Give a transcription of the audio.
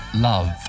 love